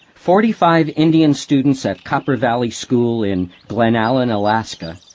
forty-five indian students at copper valley school, in glennalen, alaska,